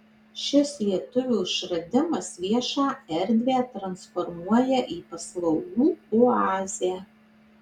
šis lietuvio išradimas viešą erdvę transformuoja į paslaugų oazę